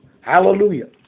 Hallelujah